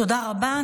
תודה רבה.